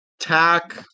Tack